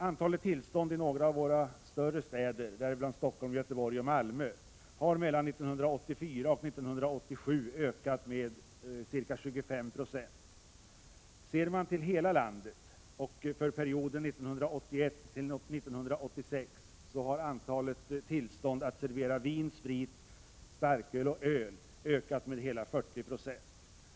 Antalet tillstånd i några av våra större städer, däribland Stockholm, Göteborg och Malmö, har mellan 1984 och 1987 ökat med ca 25 90. Ser man på hela landet under perioden 1981 till 1986 finner man att antalet tillstånd att servera vin, sprit, starköl och öl har ökat med hela 40 96.